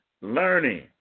learning